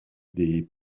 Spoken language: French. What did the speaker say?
des